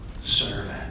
servant